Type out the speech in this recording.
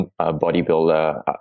bodybuilder